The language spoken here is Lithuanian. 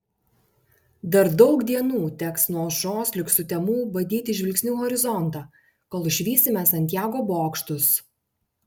dar daug dienų teks nuo aušros lig sutemų badyti žvilgsniu horizontą kol išvysime santjago bokštus